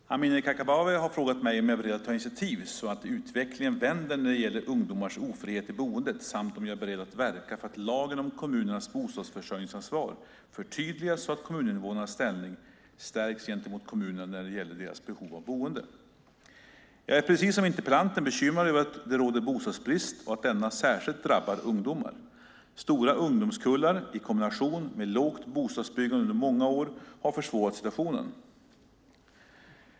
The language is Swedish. Fru talman! Amineh Kakabaveh har frågat mig om jag är beredd att ta initiativ så att utvecklingen vänder när det gäller ungdomars ofrihet i boendet samt om jag är beredd att verka för att lagen om kommunernas bostadsförsörjningsansvar förtydligas så att kommuninvånarnas ställning stärks gentemot kommunen när det gäller deras behov av boende. Jag är precis som interpellanten bekymrad över att det råder bostadsbrist och att denna särskilt drabbar ungdomar. Stora ungdomskullar i kombination med lågt bostadsbyggande under många år har försvårat situationen.